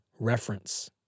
reference